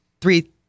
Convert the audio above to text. three